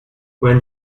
when